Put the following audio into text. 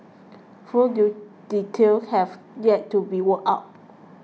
full details have yet to be worked out